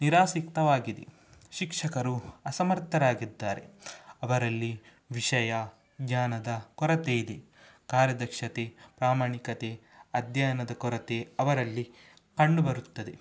ನಿರಾಸಕ್ತವಾಗಿದೆ ಶಿಕ್ಷಕರು ಅಸಮರ್ಥರಾಗಿದ್ದಾರೆ ಅವರಲ್ಲಿ ವಿಷಯ ಜ್ಞಾನದ ಕೊರತೆ ಇದೆ ಕಾರ್ಯದಕ್ಷತೆ ಪ್ರಾಮಾಣಿಕತೆ ಅಧ್ಯಯನದ ಕೊರತೆ ಅವರಲ್ಲಿ ಕಂಡುಬರುತ್ತದೆ